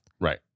Right